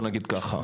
נגיד ככה.